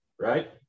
right